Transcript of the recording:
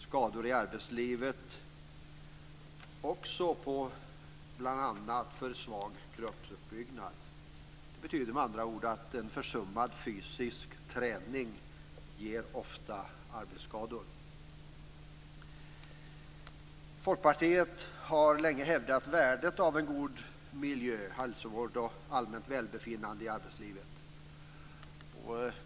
Skador i arbetslivet beror också bl.a. på för svag kroppsuppbyggnad. Det betyder med andra ord att försummad fysisk träning ofta ger arbetsskador. Folkpartiet har länge hävdat värdet av en god miljö, hälsovård och allmänt välbefinnande i arbetslivet.